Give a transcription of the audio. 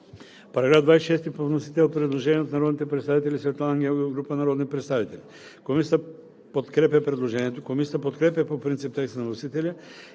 По § 31 по вносител има предложение от народния представител Светлана Ангелова и група народни представители. Комисията подкрепя предложението. Комисията подкрепя по принцип текста на вносителя